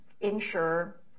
ensure